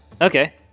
Okay